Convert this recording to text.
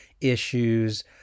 issues